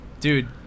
Dude